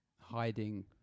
Hiding